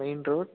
main road